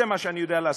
זה מה שאני יודע לעשות,